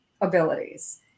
abilities